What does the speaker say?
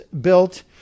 built